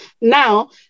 Now